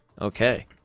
Okay